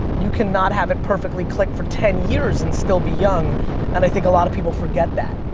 you can not have it perfectly click for ten years and still be young and i think a lot of people forget that.